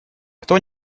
кто